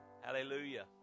Hallelujah